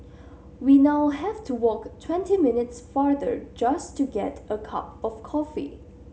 we now have to walk twenty minutes farther just to get a cup of coffee